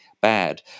bad